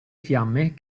fiamme